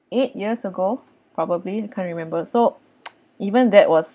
eight years ago probably can't remember so even that was